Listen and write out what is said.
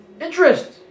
Interest